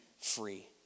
free